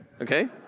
okay